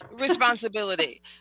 responsibility